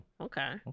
okay